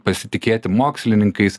pasitikėti mokslininkais